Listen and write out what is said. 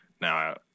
now